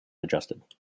adjusted